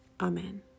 Amen